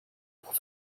pour